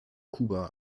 kuba